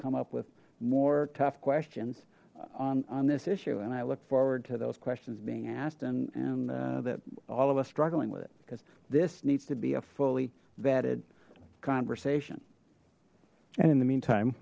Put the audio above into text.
come up with more tough questions on this issue and i look forward to those questions being asked and and that all of us struggling with it because this needs to be a fully vetted conversation and in the meantime